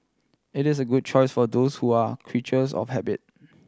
it is a good choice for those who are creatures of habit